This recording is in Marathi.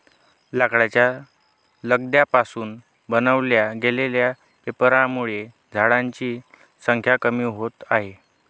लाकडाच्या लगद्या पासून बनवल्या गेलेल्या पेपरांमुळे झाडांची संख्या कमी होते आहे